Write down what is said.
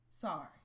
Sorry